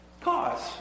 cause